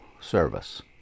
service